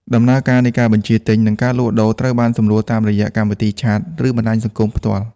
ដំណើរការនៃការបញ្ជាទិញ និងការលក់ដូរត្រូវបានសម្រួលតាមរយៈកម្មវិធីឆាត ឬបណ្ដាញសង្គមផ្ទាល់។